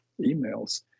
emails